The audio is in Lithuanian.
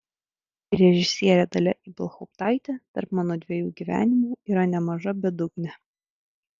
režisierė dalia ibelhauptaitė tarp mano dviejų gyvenimų yra nemaža bedugnė